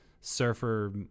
surfer